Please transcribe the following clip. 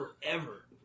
forever